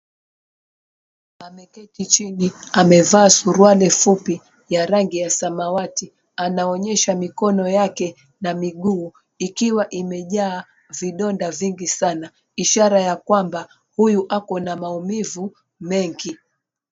Ameketi chini amevaa suruali fupi ya rangi ya samawati anaonyesha mikono yake na miguu ikiwa imejaa vidonda ishara ya kwamba huyu ako na maumivu mengi.